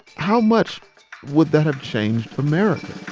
how much would that have changed america?